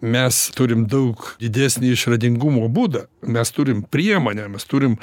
mes turim daug didesnį išradingumo būdą mes turim priemonę mes turim